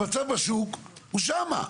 המצב בשוק הוא שם.